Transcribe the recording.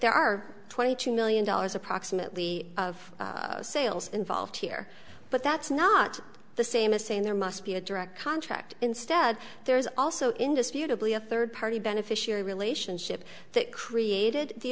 there are twenty two million dollars approximately of sales involved here but that's not the same as saying there must be a direct contract instead there is also indisputably a third party beneficiary relationship that created the